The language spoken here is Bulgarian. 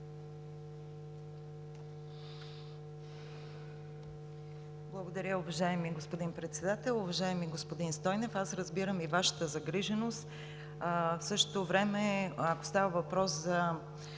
Благодаря, уважаеми господин Председател. Уважаеми господин Стойнев, аз разбирам Вашата загриженост. В същото време, ако става въпрос за